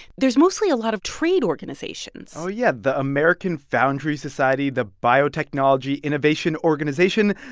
there's mostly a lot of trade organizations oh, yeah the american foundry society, the biotechnology innovation organization,